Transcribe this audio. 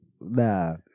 Nah